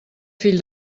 fill